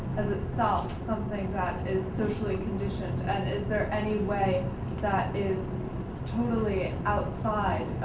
as itself, something that is socially conditioned, and is there any way that is totally outside,